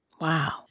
Wow